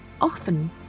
often